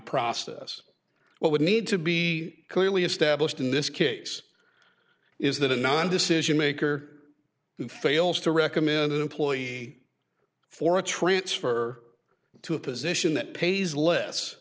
process what would need to be clearly established in this case is that a non decision maker who fails to recommend an employee for a transfer to a position that pays less